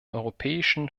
europäischen